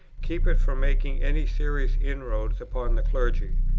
keep it from making any serious inroads upon the clergy.